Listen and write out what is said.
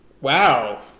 wow